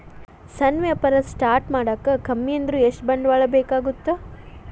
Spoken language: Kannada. ಸಣ್ಣ ವ್ಯಾಪಾರ ಸ್ಟಾರ್ಟ್ ಮಾಡಾಕ ಕಮ್ಮಿ ಅಂದ್ರು ಎಷ್ಟ ಬಂಡವಾಳ ಬೇಕಾಗತ್ತಾ